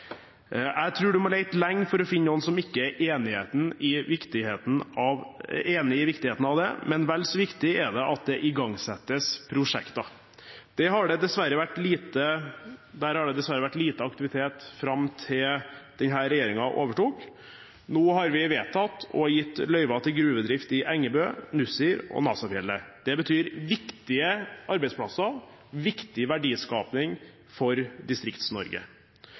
viktigheten av det, men vel så viktig er det at det igangsettes prosjekter. Der har det dessverre vært lite aktivitet fram til denne regjeringen overtok. Nå har vi vedtatt og gitt løyver til gruvedrift i Engebø, Nussir og Nasafjellet. Det betyr viktige arbeidsplasser og viktig verdiskapning for